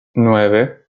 nueve